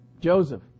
joseph